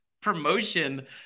promotion